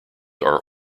are